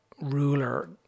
ruler